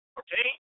okay